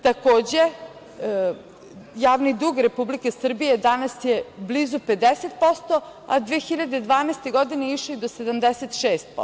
Takođe, javni dug Republike Srbije danas je blizu 50%, a 2012. godine je išao i do 76%